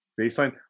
baseline